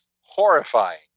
horrifying